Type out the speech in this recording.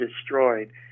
destroyed